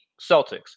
Celtics